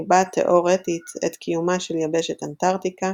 ניבא תאורטית את קיומה של יבשת אנטארקטיקה,